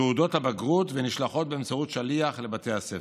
תעודות הבגרות ונשלחות באמצעות שליח לבתי הספר.